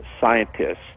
scientists